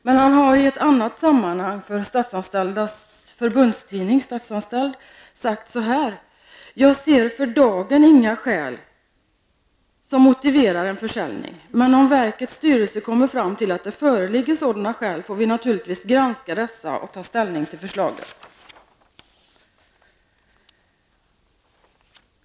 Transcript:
Men han har i ett annat sammanhang för Statsanställdas förbunds tidning, Statsanställd, sagt: Jag ser för dagen inga skäl som motiverar en försäljning. Men om verkets styrelse kommer fram till att det föreligger sådana skäl får vi naturligtvis granska dessa och ta ställning till förslaget.